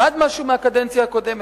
למד משהו מהקדנציה הקודמת,